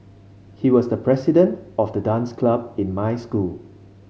he was the president of the dance club in my school